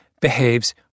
behaves